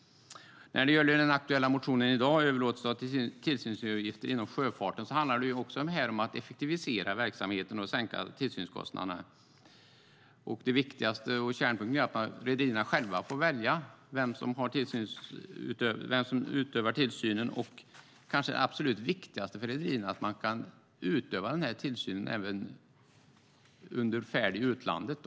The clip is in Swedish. När det gäller den aktuella motionen i dag, Överlåtelse av tillsynsuppgifter inom sjöfarten , handlar det också här om att effektivisera verksamheten och sänka tillsynskostnaderna. Kärnpunkten är att rederierna själva får välja vem som utövar tillsynen och, kanske absolut viktigaste för rederierna, att man kan utöva den här tillsynen även under färd i utlandet.